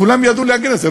כולם ידעו להגן על זה,